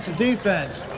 defense,